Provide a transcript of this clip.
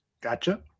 Gotcha